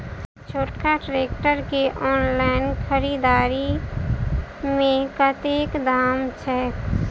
छोटका ट्रैक्टर केँ ऑनलाइन खरीददारी मे कतेक दाम छैक?